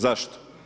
Zašto?